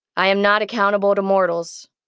i am not accountable to mortals.